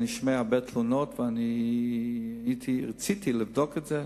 אני שומע הרבה תלונות ורציתי לבדוק את זה.